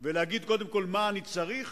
ולהגיד קודם כול מה אני צריך,